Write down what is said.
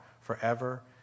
forever